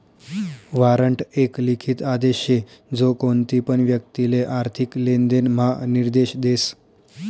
warrant एक लिखित आदेश शे जो कोणतीपण व्यक्तिले आर्थिक लेनदेण म्हा निर्देश देस